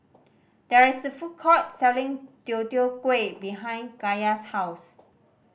there is a food court selling Deodeok Gui behind Kaya's house